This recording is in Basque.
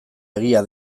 egia